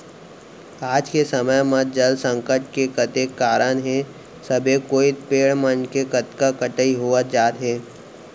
आज के समे म जल संकट के कतेक कारन हे सबे कोइत पेड़ मन के कतका कटई होवत जात हे